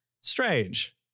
strange